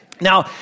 Now